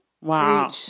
Wow